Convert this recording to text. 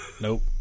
Nope